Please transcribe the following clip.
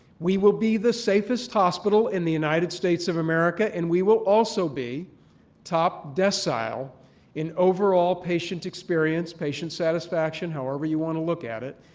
we will be the safest hospital in the united states of america, and we will also be top decile in overall patient experience, patient satisfaction, however you want to look at it,